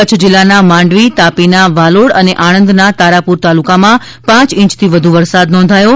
કચ્છ જિલ્લાના માંડવી મુન્દ્રા તાપીના વાલોડ અને આણંદના તારાપુર તાલુકામાં પાંચ ઇંચથી વધુ વરસાદ નોંધાયો છે